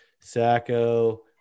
Sacco